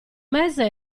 mese